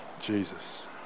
Jesus